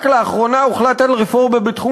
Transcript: רק לאחרונה הוחלט על רפורמה בתחום